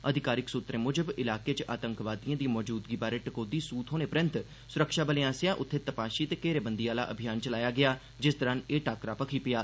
अधिकारिक सुत्तरें मुजब इलाके च आतंकवादिएं दी मौजूदगी बारै सूह् थ्होने परैन्त सुरक्षाबलें आसेआ उत्थें तपाशी ते घेरेबंदी आह्ला अभियान चलाया गेआ जिस दौरान एह् टाक्करा भखी पेआ